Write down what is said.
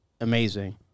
amazing